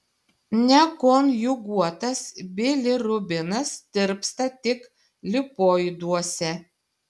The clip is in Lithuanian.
nekonjuguotas bilirubinas tirpsta tik lipoiduose